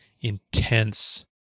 intense